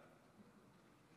אינו נוכח.